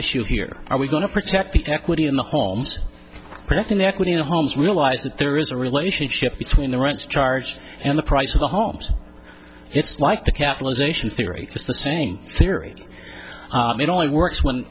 issue here are we going to protect the equity in the homes protecting the equity in the homes realise that there is a relationship between the rents charged and the price of the homes it's like the capitalization theory is the same theory it only works when